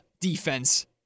defense